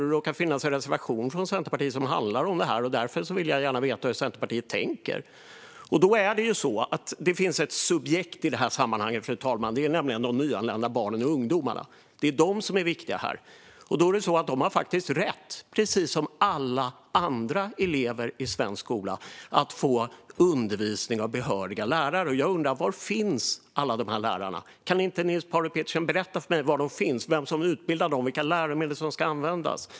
Det råkar finnas en reservation från Centerpartiet som handlar om detta. Därför vill jag gärna veta hur Centerpartiet tänker. Det finns ett subjekt i det här sammanhanget, nämligen de nyanlända barnen och ungdomarna. Det är de som är viktiga här. De har faktiskt rätt, precis som alla andra elever i svensk skola, att få undervisning av behöriga lärare. Jag undrar: Var finns alla dessa lärare? Kan Niels Paarup-Petersen berätta var de finns, vem som utbildar dem och vilka läromedel som ska användas?